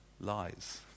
lies